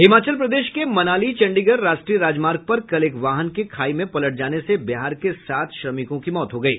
हिमाचल प्रदेश के मनाली चंडीगढ़ राष्ट्रीय राजमार्ग पर कल एक वाहन के खाई में पलटने से बिहार के सात श्रमिकों की मौत हो गयी